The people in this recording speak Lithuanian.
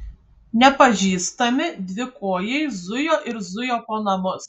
nepažįstami dvikojai zujo ir zujo po namus